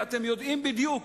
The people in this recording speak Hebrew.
ואתם יודעים בדיוק,